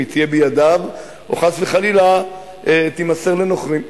אם היא תהיה בידיו או חס וחלילה תימסר לנוכרים.